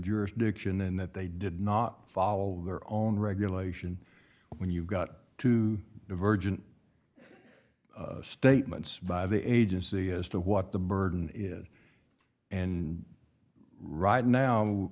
jurisdiction and that they did not follow their own regulation when you've got two divergent statements by the agency as to what the burden is and right now